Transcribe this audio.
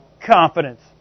confidence